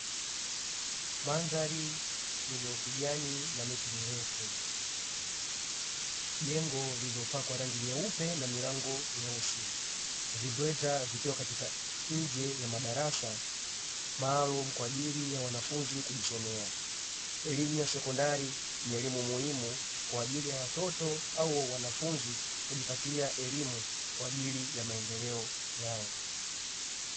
Mandhari yenye ukijani na miti mirefu. Jengo lililopakwa kwa rangi nyeupe na milango myeusi; vimbweta vikiwa katika nje ya madarasa maalumu kwa ajili ya wanafunzi kujisomea. Elimu ya sekondari ni elimu muhimu kwa ajili ya watoto au wanafunzi kujipatia elimu kwa ajii ya maendeleo yao.